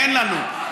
אין לנו.